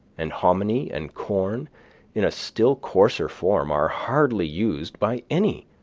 and hominy and corn in a still coarser form are hardly used by any.